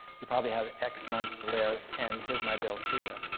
you probably have x months to live and here's my bill. see ah